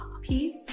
peace